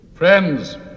Friends